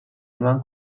eman